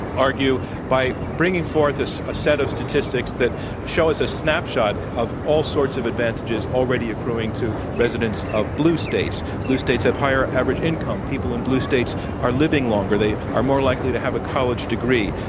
argue by bringing forth a set of statistics that show us a snapshot of all sorts of advantages already accruing to residents of blue states. blue states have higher average income. people in blue states are living longer. they are more likely to have a college degree,